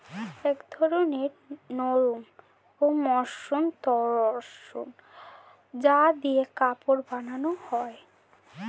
এক ধরনের নরম ও মসৃণ তন্তু যা দিয়ে কাপড় বানানো হয়